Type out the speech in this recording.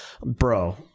bro